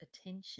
attention